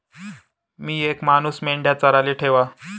मी येक मानूस मेंढया चाराले ठेवा